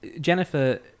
Jennifer